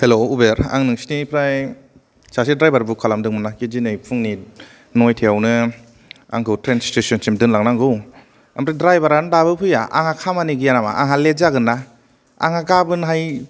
hello Uber आं नोंसिनिफ्राय सासे द्रायभार बुक खालामदोंमोन नाखि दिनै फुंनि नयथायावनो आंखौ ट्रेन स्थेसनसिम दोनलांनांगौ आमफाय द्रायभारयानो दाबो फैया आंहा खामानि गैया नामा आंहा लेथ जागोन ना आंहा गाबोनहाय